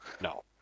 No